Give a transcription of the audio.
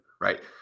right